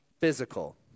physical